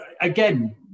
again